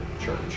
church